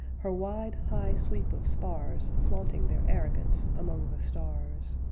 her wide high sweep of spars flaunting their arrogance among the stars.